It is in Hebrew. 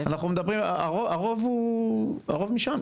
90% משם.